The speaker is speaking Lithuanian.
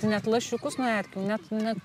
net lašiukus nuo erkių net net